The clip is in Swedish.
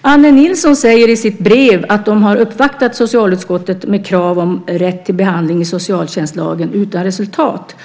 Anne Nilsson säger i sitt brev att de har uppvaktat socialutskottet med krav på rätt till behandling i socialtjänstlagen, utan resultat.